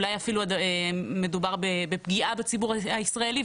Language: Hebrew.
אולי אפילו מדובר בפגיעה בציבור הישראלי,